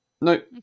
Nope